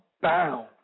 bound